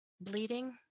bleeding